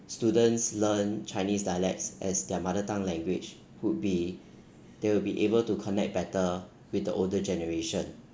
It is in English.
students learn chinese dialects as their mother tongue language would be they will be able to connect better with the older generation